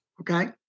Okay